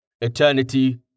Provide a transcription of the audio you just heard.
Eternity